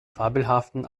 fabelhaften